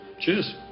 Cheers